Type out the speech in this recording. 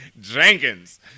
Jenkins